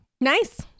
Nice